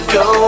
go